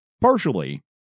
Partially